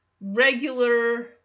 regular